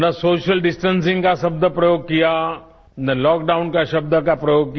न social distancing का शब्द प्रयोग किया न लॉकडाउन के शब्द का प्रयोग किया